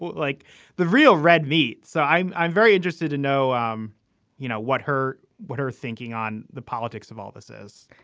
like the real red meat. so i'm i'm very interested to know um you know what her what her thinking on the politics of all this is.